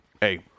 Hey